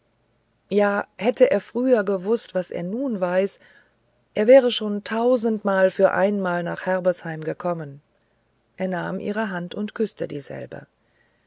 ja hätte er früher gewußt was er nun weiß er wäre schon tausendmal für einmal nach herbesheim gekommen er nahm ihre hand und küßte dieselbe